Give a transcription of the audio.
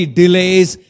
delays